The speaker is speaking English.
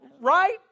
Right